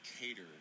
cater